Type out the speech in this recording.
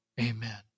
Amen